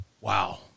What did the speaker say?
wow